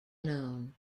known